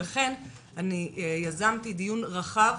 לכן יזמתי דיון רחב